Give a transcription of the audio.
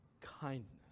kindness